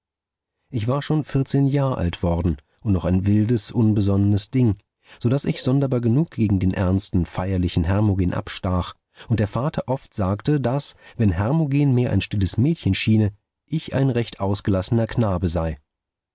ich war schon vierzehn jahr alt worden und noch ein wildes unbesonnenes ding so daß ich sonderbar genug gegen den ernsten feierlichen hermogen abstach und der vater oft sagte daß wenn hermogen mehr ein stilles mädchen schiene ich ein recht ausgelassener knabe sei